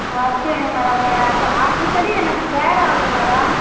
ஆ சரி மேடம்மு அடிக்கடி எனக்கு கேராகுது மேடம்